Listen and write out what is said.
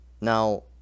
now